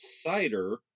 cider